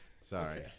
sorry